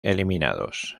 eliminados